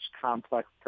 complex